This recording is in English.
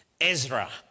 Ezra